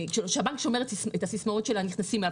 הבנק שומר את הסיסמאות של הנכנסים אליו.